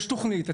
יש תוכנית,